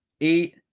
Eight